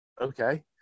okay